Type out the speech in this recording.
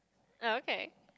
okay